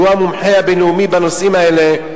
שהוא המומחה הבין-לאומי בנושאים האלה,